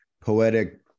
poetic